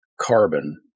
carbon